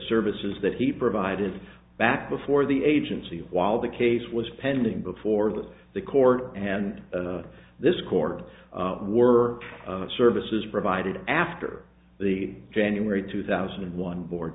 services that he provided back before the agency while the case was pending before that the court and this court were services provided after the january two thousand and one board